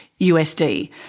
USD